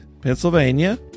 Pennsylvania